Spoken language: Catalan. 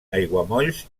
aiguamolls